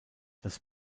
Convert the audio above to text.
das